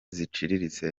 ziciriritse